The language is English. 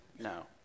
No